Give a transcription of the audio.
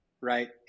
right